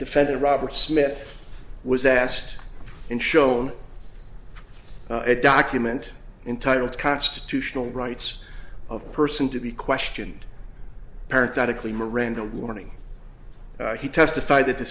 defendant robert smith was asked and shown it document intitled constitutional rights of person to be questioned apparent that a clean miranda warning he testified th